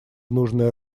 нужное